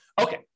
Okay